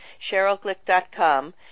cherylglick.com